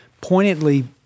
pointedly